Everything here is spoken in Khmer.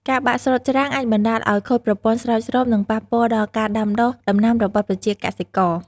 ការបាក់ស្រុតច្រាំងអាចបណ្ដាលឲ្យខូចប្រព័ន្ធស្រោចស្រព និងប៉ះពាល់ដល់ការដាំដុះដំណាំរបស់ប្រជាកសិករ។